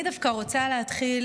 אני דווקא רוצה להתחיל